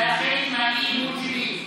זה היה חלק האי-אמון שלי.